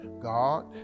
God